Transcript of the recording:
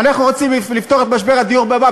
אנחנו רוצים לפתור את משבר הדיור, במה?